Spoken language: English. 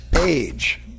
age